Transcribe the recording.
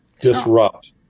disrupt